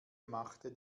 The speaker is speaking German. machte